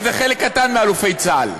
שזה חלק קטן מאלופי צה"ל,